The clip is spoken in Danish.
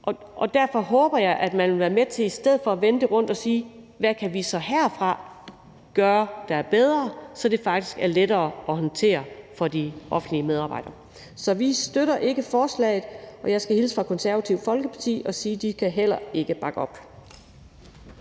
ud? Derfor håber jeg, at man i stedet for vil være med til at vende det rundt og sige: Hvad kan vi herfra gøre, der er bedre, så det faktisk er lettere at håndtere for de offentlige medarbejdere? Så vi støtter ikke forslaget, og jeg skal hilse fra Det Konservative Folkeparti og sige, at de heller ikke kan bakke op.